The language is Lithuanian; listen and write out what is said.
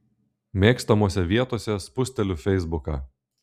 mėgstamose vietose spusteliu feisbuką